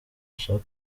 ashaka